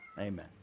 Amen